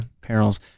perils